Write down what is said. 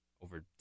over